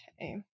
Okay